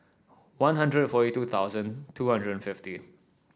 One Hundred and forty two thousand two hundred and fifty